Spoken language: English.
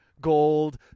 gold